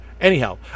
anyhow